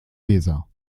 weser